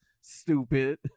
stupid